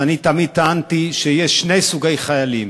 אני תמיד טענתי שיש שני סוגי חיילים: